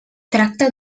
tracta